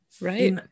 right